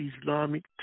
Islamic